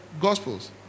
Gospels